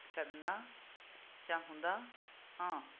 ਕਰਨਾ ਚਾਹੁੰਦਾ ਹਾਂ